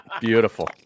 Beautiful